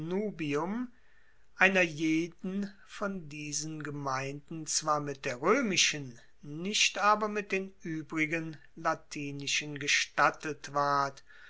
einer jeden von diesen gemeinden zwar mit der roemischen nicht aber mit den uebrigen latinischen gestattet ward